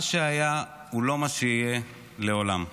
מה שהיה הוא לא מה שיהיה לעולם.